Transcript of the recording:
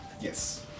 Yes